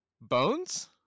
Bones